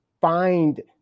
find